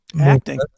acting